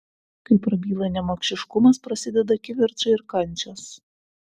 kai prabyla nemokšiškumas prasideda kivirčai ir kančios